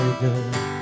good